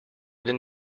then